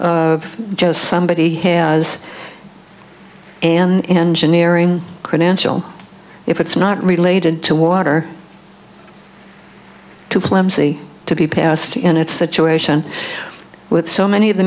of just somebody has an engineering credential if it's not related to water to flimsy to be passed in it's situation with so many of the